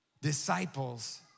disciples